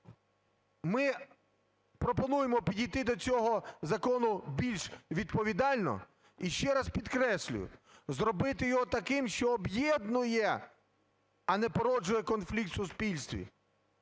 Ми пропонуємо підійти до цього закону більш відповідально. І ще раз підкреслюю, зробити його таким, що об'єднує, а не породжує конфлікт в суспільстві.